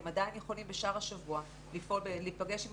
הם עדיין יכולים בשאר השבוע להיפגש עם